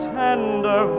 tender